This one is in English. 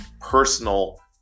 personal